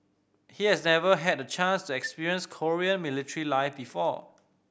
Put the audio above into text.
he has never had the chance to experience Korean military life before